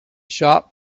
shop